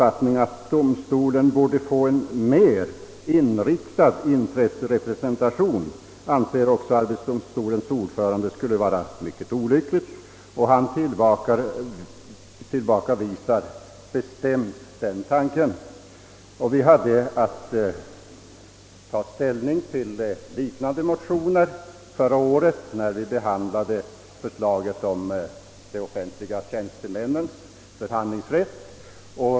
Arbetsdomstolens ordförande anser också att det skulle vara mycket olyckligt om domstolen, som motionärerna föreslår, får en mer inriktad intresserepresentation. Vi hade att ta ställning till liknande motioner förra året, när vi behandlade förslaget om de offentliga tjänstemännens förhandlingsrätt.